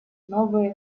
новые